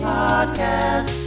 podcast